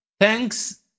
thanks